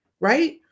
right